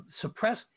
suppress